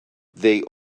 they